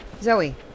Zoe